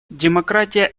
демократия